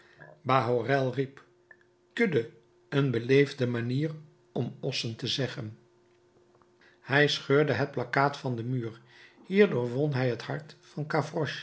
bahorel riep kudde een beleefde manier om ossen te zeggen hij scheurde het plakkaat van den muur hierdoor won hij het hart van